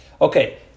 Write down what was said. Okay